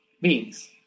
beings